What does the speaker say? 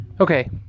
Okay